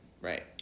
right